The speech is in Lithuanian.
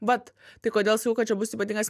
vat tai kodėl sakiau kad čia bus ypatingas